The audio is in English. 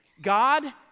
God